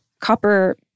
copper